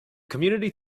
community